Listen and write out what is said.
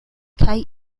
kaj